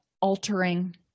altering